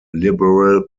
liberal